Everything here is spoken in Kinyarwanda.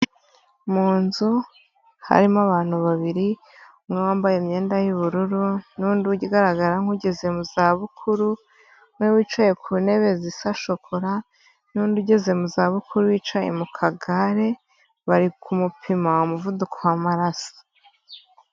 Mu nzu harimo abantu babiri umwe wambaye imyenda y'ubururu n'undi ugaragara nk'ugeze mu za bukuru umwe wicaye ku ntebe zi shokora n'undi ugeze mu za bukuru wicaye mu kagare bari kumupima umuvuduko w'amaraso.